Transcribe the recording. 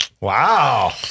Wow